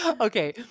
Okay